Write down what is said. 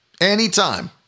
anytime